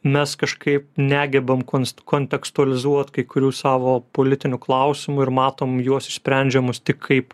mes kažkaip negebam konst kontekstuolizuot kai kurių savo politinių klausimų ir matom juos išsprendžiamus tik kaip